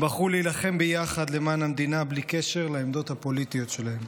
הם בחרו להילחם ביחד למען המדינה בלי קשר לעמדות הפוליטיות שלהם.